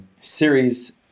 series